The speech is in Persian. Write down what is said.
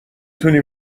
تونی